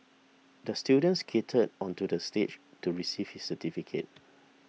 the student skated onto the stage to receive his certificate